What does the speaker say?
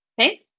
Okay